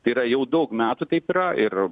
yra jau daug metų taip yra ir